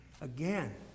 Again